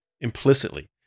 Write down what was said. implicitly